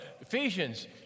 Ephesians